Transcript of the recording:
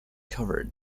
covered